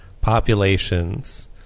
populations